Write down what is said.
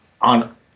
on